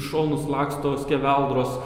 šonus laksto skeveldros